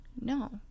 No